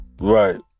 right